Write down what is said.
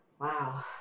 Wow